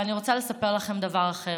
אבל אני רוצה לספר לכם דבר אחר: